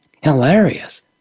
hilarious